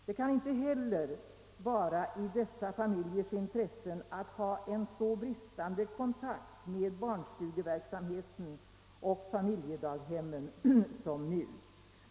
Det kan inte heller vara i dessa familjers intresse att ha en så bristande kontakt mellan barnstugeverksamheten och familjedaghemmen som nu.